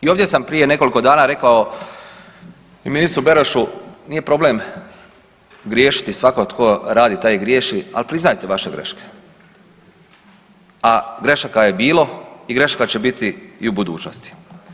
I ovdje sam prije nekoliko dana rekao i ministru Berošu nije problem griješiti, svatko tko radi taj i griješi, al priznajte vaše greške, a grešaka je bilo i grešaka će biti i u budućnosti.